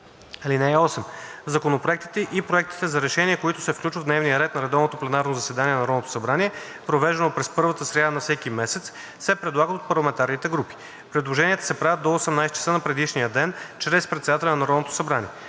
(8) Законопроектите и проектите за решения, които се включват в дневния ред на редовното пленарно заседание на Народното събрание, провеждано през първата сряда на всеки месец, се предлагат от парламентарните групи. Предложенията се правят до 18,00 ч. на предишния ден чрез председателя на Народното събрание.